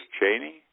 Cheney